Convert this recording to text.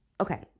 okay